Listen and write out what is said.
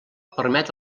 permet